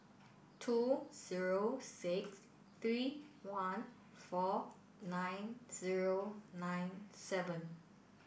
two zero six three one four nine zero nine seven